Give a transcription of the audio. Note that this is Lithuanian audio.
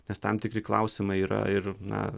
nes tam tikri klausimai yra ir na